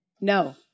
no